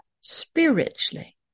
spiritually